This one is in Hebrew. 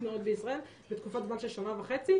מאוד לישראל בתקופת זמן של שנה וחצי.